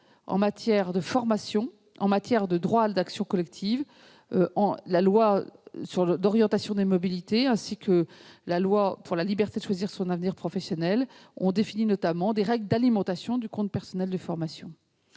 travail, de formation ou de droit d'action collective. Ainsi, la loi d'orientation des mobilités ainsi que la loi pour la liberté de choisir son avenir professionnel ont notamment défini des règles d'alimentation du compte personnel de formation.